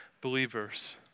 believers